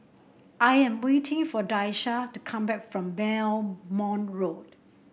I am waiting for Daisha to come back from Belmont Road